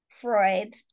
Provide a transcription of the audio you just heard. Freud